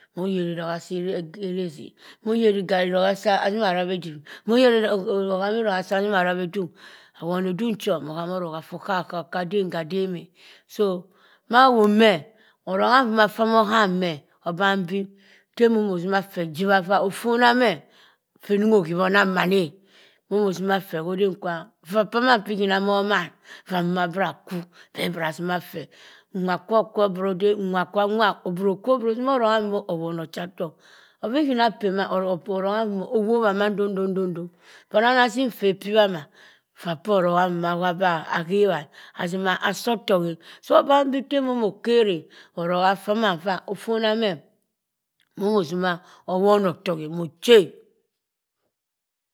Moh yeri iroha si era zi moh yeri igarri roha azima rawasiwi awone dunk cho moh hama roha koh kawo kah kadem kadam so mah woh me oroha duma sah moh ham meh oban bi temo mo zima feh giwavah ofonaeh mo mo zima feh koh den fa vah fuman bigima moma vama bira kwo beh bra zima feh nwa kwo kouro dey nwa obro zinoh oroha wah owonoh chatohk obi kinnah peh mah orowa mah owoh mando doh doh doh phe rang azim feh piwa moth uah poh rowa uah hawah azima saldowk eh obang be feh moh moh kehreh orolg faman uah ofonah meh moh zimg oworiohtohk eh moh che.